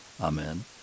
Amen